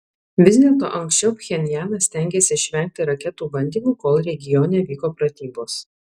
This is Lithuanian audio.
vis dėlto anksčiau pchenjanas stengėsi išvengti raketų bandymų kol regione vyko pratybos